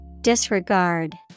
Disregard